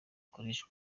ikoresha